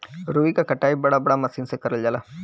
रुई क कटाई बड़ा बड़ा मसीन में करल जाला